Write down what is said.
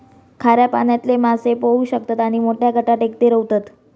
खाऱ्या पाण्यातले मासे पोहू शकतत आणि मोठ्या गटात एकटे रव्हतत